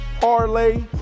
Parlay